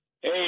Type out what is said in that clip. Hey